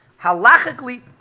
halachically